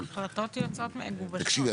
תקשיבי,